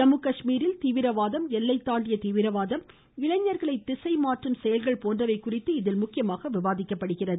ஜம்முகாஷ்மீரில் தீவிரவாதம் எல்லை தாண்டிய தீவிரவாதம் இளைஞர்களை திசை மாற்றும் செயல்கள் போன்றவை குறித்து முக்கியமாக இதில் விவாதிக்கப்படுகின்றன